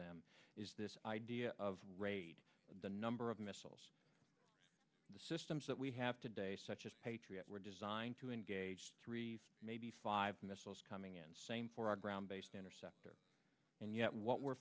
them is this idea of rate the number of missiles the systems that we have today such as patriot were designed to engage three maybe five missiles coming in and same for a ground based interceptor and yet what we're